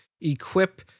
equip